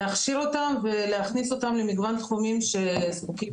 להכשיר אותם ולהכניס אותם למגוון תחומים שזקוקים.